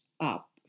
up